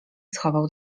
schował